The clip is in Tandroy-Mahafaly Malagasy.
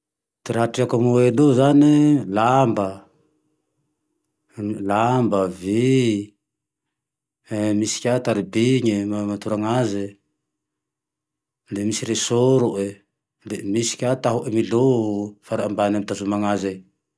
Ty raha treko amy elo io zane e, lamba, vy, misy ka taroby e torane aze e, le misy resôro e, le misy ka tahony nilô farany ambany amy fitazomane aze